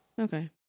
Okay